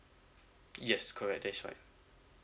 yes correct that's right